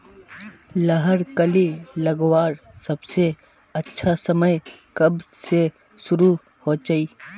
लहर कली लगवार सबसे अच्छा समय कब से शुरू होचए?